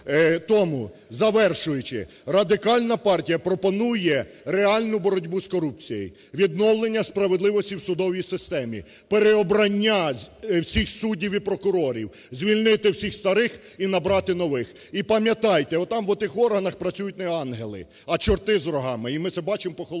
Тому, завершуючи, Радикальна партія пропонує реальну боротьбу з корупцією: відновлення справедливості в судовій системі, переобрання всіх суддів і прокурорів – звільнити всіх старих і набрати нових. І пам'ятайте, от там в отих органах працюють не ангели, а чорти з рогами, і ми це бачимо по Холодницькому.